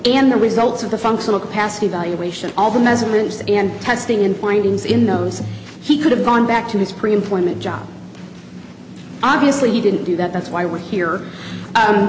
and the results of the functional capacity evaluation all the measurements and testing and findings in those he could have gone back to his pre employment job obviously he didn't do that that's why we're here